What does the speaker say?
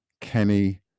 Kenny